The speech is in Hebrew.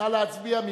נא להצביע.